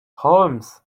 holmes